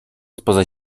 spoza